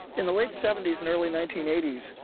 in the late seventy s and early nineteen eighty s,